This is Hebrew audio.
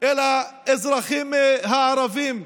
אל האזרחים הערבים,